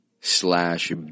slash